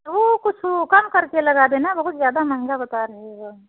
तो कुछ ऊ कम करके लगा देना बहुत ज़्यादा महंगा बता रहे हो